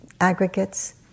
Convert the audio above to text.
aggregates